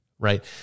right